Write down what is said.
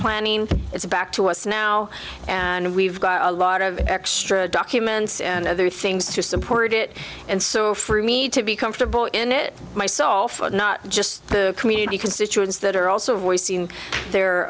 plan it's back to us now and we've got a lot of extra documents and other things to support it and so for me to be comfortable in it myself and not just the community constituents that are also voicing